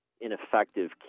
ineffective